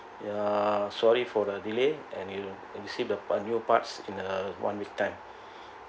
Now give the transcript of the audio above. we're sorry for the delay and you will received the part new parts in a one week time